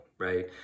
right